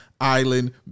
Island